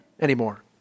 anymore